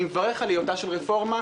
אני מברך על היותה של רפורמה,